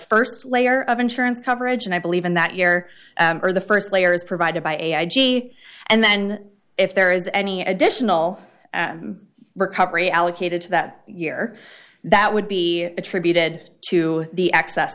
first layer of insurance coverage and i believe in that year or the first layer is provided by ai g and then if there is any additional recovery allocated to that year that would be attributed to the